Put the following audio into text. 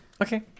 Okay